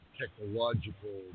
technological